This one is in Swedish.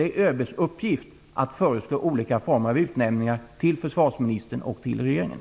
Det är alltså ÖB:s uppgift att föreslå olika former av utnämningar till försvarsministern och regeringen.